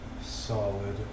solid